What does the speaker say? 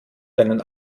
deinen